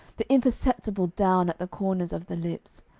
the imperceptible down at the corners of the lips,